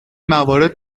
موارد